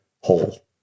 whole